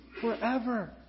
forever